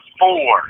four